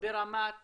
ברמת